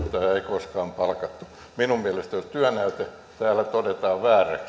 koskaan palkattu minun mielestäni jos työnäyte täällä todetaan vääräksi